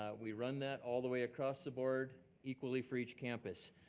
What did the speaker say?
ah we run that all the way across the board equally for each campus.